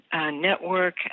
network